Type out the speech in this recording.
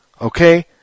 Okay